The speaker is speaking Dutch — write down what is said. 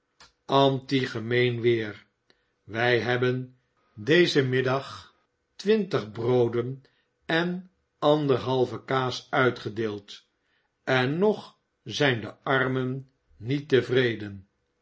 antigemeen weer wij hebben dezen middag twintig brooden en anderhalve kaas uitgedeeld en nog zijn de armen niet tevreden